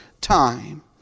time